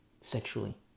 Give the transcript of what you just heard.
sexually